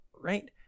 right